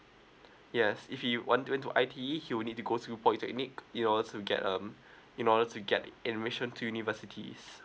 yes if you want went into I_T_E he will need to go to polytechnic in order to get um in order to get admission to universities